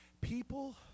people